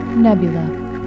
nebula